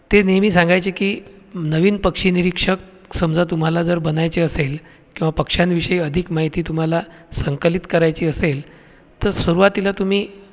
ते नेहमी सांगायचे की नवीन पक्षी निरीक्षक समजा तुम्हाला जर बनायचे असेल किंवा पक्षांविषयी अधिक माहिती तुम्हाला संकलित करायची असेल तर सुरवातीला तुम्ही